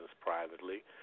Privately